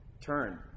turn